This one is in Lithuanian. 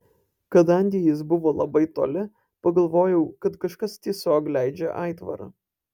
kadangi jis buvo labai toli pagalvojau kad kažkas tiesiog leidžia aitvarą